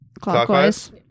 clockwise